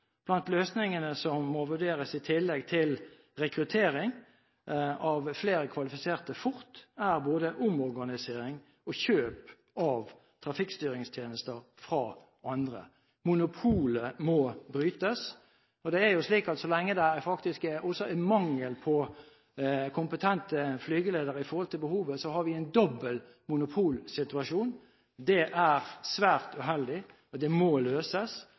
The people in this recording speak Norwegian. Blant løsningene som må vurderes i tillegg til rekruttering av flere kvalifiserte fort, er både omorganisering og kjøp av trafikkstyringstjenester fra andre. Monopolet må brytes, og det er jo slik at så lenge det er mangel på kompetente flygeledere i forhold til behovet, har vi en dobbel monopolsituasjon. Det er svært uheldig, det må løses, og det må løses